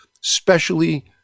specially